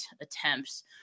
attempts